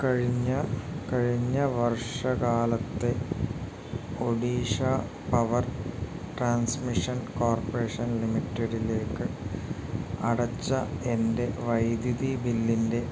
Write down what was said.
കഴിഞ്ഞ കഴിഞ്ഞ വർഷകാലത്തെ ഒഡീഷ പവർ ട്രാൻസ്മിഷൻ കോർപ്രേഷൻ ലിമിറ്റഡിലേക്ക് അടച്ച എൻ്റെ വൈദ്യുതി ബില്ലിൻ്റെ